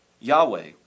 Yahweh